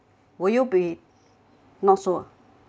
will you be not so ah